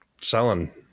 selling